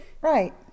Right